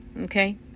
Okay